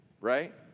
right